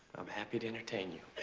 i'm happy to entertain you.